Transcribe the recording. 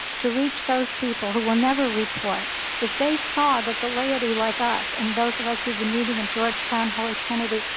to reach those people who will never report if they saw that the lady like us and those of us who've been meeting in georgetown, holy trinity,